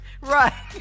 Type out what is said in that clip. Right